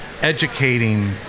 educating